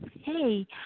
Hey